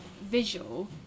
visual